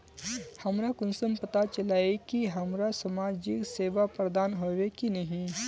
हमरा कुंसम पता चला इ की हमरा समाजिक सेवा प्रदान होबे की नहीं?